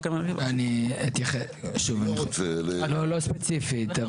לא ספציפית.